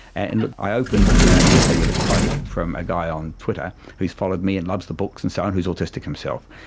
and i open the the essay with a quote from a guy on twitter who has followed me and loves the books and so on who is autistic himself.